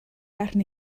arni